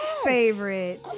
favorite